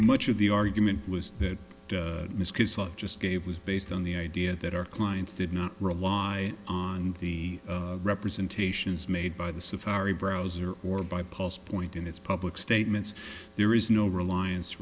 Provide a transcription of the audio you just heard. much of the argument was that ms because of just gave was based on the idea that our clients did not rely on the representations made by the safari browser or by paul's point in its public statements there is no reliance